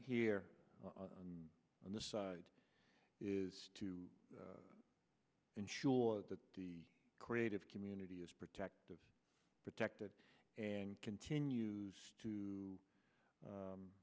here on the side is to ensure that the creative community is protective protected and continues to